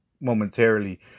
momentarily